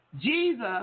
Jesus